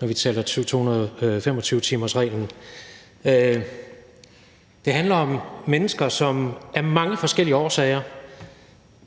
når vi taler 225-timersreglen. Det handler om mennesker, som af mange forskellige årsager